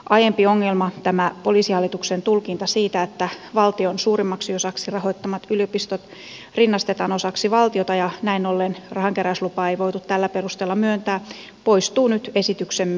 aiempi ongelma tämä poliisihallituksen tulkinta siitä että valtion suurimmaksi osaksi rahoittamat yliopistot rinnastetaan osaksi valtiota jonka perusteella rahankeräyslupaa ei voitu myöntää poistuu nyt esityksen myötä